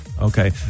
Okay